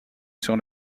sur